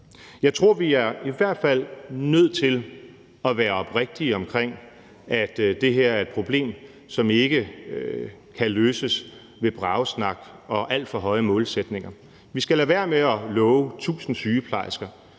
Jeg tror, at vi i hvert fald er nødt til at være oprigtige omkring, at det her er et problem, som ikke kan løses med bragesnak og alt for høje målsætninger. Vi skal lade være med at love 1.000 sygeplejersker,